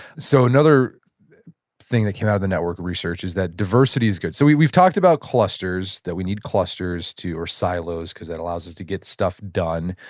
so another thing that came out of the network research is that diversity's good. so we've talked about clusters, that we need clusters to or silos cause that allows us to get stuff done.